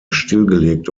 stillgelegte